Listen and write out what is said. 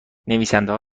نویسندهها